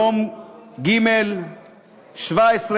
יום שלישי,